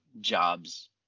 jobs